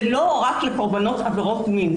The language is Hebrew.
זה לא רק לקורבנות עבירות מין.